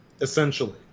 essentially –